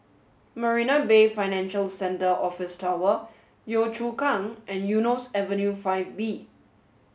Marina Bay Financial Centre Office Tower Yio Chu Kang and Eunos Avenue Five B